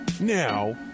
Now